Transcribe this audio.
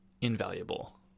invaluable